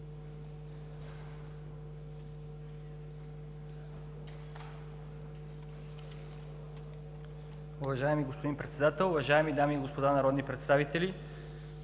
Уважаеми господин Председател, уважаеми дами и господа народни представители!